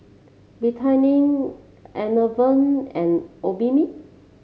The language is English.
Betadine Enervon and Obimin